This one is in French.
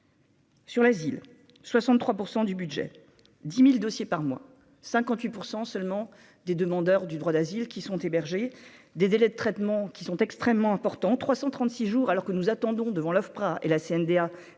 Sur l'asile, 63 % du budget 10000 dossiers par mois 58 % seulement des demandeurs du droit d'asile qui sont hébergés des délais de traitement qui sont extrêmement importants, 336 jours alors que nous attendons devant l'Ofpra et la CNDA